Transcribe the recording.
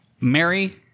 Mary